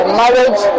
marriage